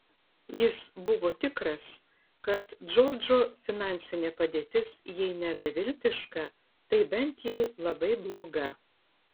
jis buvo tikras kad džordžo finansinė padėtis jei ne beviltiška tai bent jau labai bloga